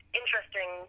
interesting